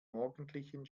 morgendlichen